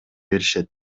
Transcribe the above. беришет